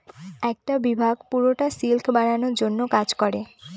একটা বিভাগ পুরোটা সিল্ক বানানোর জন্য কাজ করে